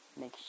make